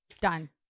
Done